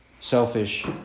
selfish